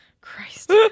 Christ